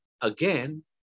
again